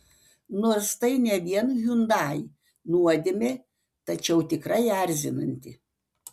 nors tai ne vien hyundai nuodėmė tačiau tikrai erzinanti